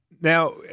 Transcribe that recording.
Now